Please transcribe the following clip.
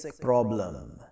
problem